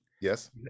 Yes